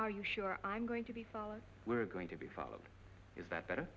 are you sure i'm going to be solid we're going to be followed is that better